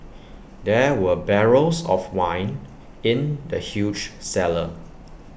there were barrels of wine in the huge cellar